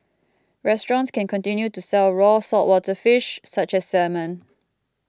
restaurants can continue to sell raw saltwater fish such as salmon